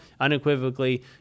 unequivocally